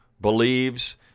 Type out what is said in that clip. believes